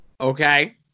Okay